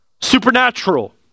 Supernatural